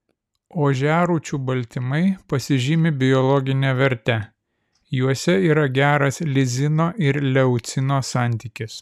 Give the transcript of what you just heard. ožiarūčių baltymai pasižymi biologine verte juose yra geras lizino ir leucino santykis